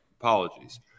apologies